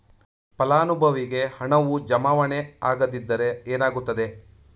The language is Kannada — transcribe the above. ಫಲಾನುಭವಿಗೆ ಹಣವು ಜಮಾವಣೆ ಆಗದಿದ್ದರೆ ಏನಾಗುತ್ತದೆ?